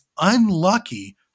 unlucky